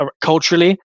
culturally